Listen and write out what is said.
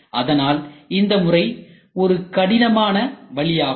அதனால் இந்தமுறை ஒரு கடினமான வழியாகும்